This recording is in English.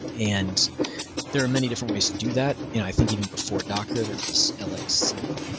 and there are many different ways to do that. i think even before docker there was lxc,